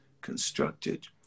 constructed